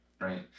right